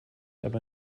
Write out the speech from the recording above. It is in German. aber